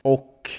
Och